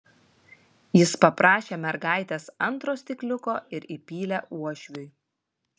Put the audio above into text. jis paprašė mergaitės antro stikliuko ir įpylė uošviui